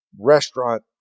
restaurant